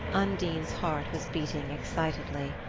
undine's heart was beating excitedly.